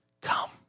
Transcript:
Come